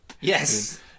yes